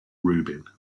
rubin